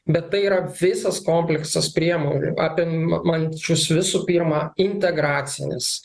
bet tai yra visas kompleksas priemonių apimančius visų pirma integracinis